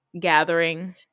gathering